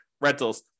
rentals